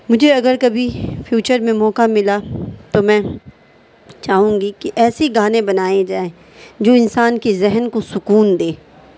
مجھے اگر کبھی فیوچر میں موقع ملا تو میں چاہوں گی کہ ایسیے گانے بنائے جائیں جو انسان کے ذہن کو سکون دے